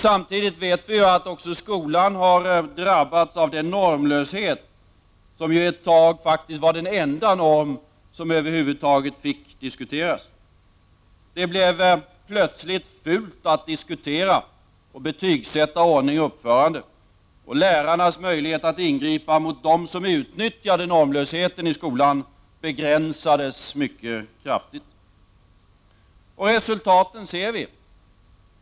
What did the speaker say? Samtidigt vet vi att också skolan har drabbats av den normlöshet som ett tag var den enda norm som över huvud taget fick diskuteras. Det blev plötsligt fult att tala om och betygsätta ordning och uppförande, och lärarnas möjligheter att ingripa mot dem som utnyttjade normlösheten i skolan begränsades mycket kraftigt. Vi ser resultaten.